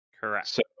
Correct